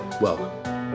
welcome